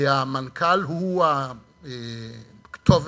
המנכ"ל הוא הכתובת